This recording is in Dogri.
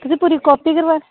इयै पूरी कॉपी दा